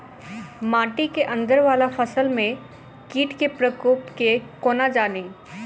माटि केँ अंदर वला फसल मे कीट केँ प्रकोप केँ कोना जानि?